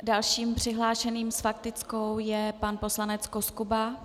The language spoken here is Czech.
Dalším přihlášeným s faktickou je pan poslanec Koskuba.